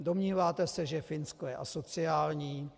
Domníváte se, že Finsko je asociální?